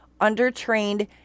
under-trained